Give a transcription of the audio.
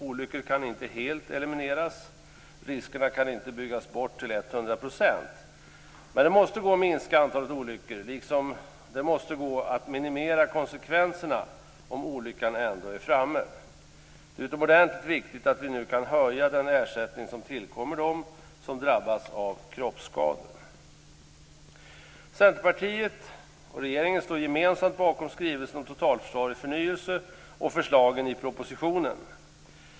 Olyckor kan inte helt elimineras - riskerna kan inte byggas bort till etthundra procent. Men det måste gå att minska antalet olyckor, liksom det måste gå att minimera konsekvenserna om olyckan ändå är framme. Det är utomordentligt viktigt att vi nu kan höja den ersättning som tillkommer dem som drabbats av kroppsskador. Centerpartiet och regeringen står gemensamt bakom skrivelsen Totalförsvar i förnyelse och förslagen i propositionen.